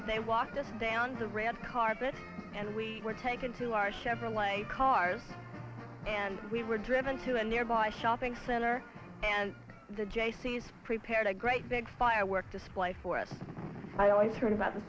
us down the red carpet and we were taken to our chevrolet cars and we were driven to a nearby shopping center and the jaycees prepared a great big firework display for us i always heard about the